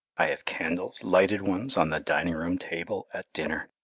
i have candles, lighted ones, on the dining-room table at dinner.